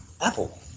Apple